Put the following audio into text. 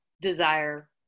desire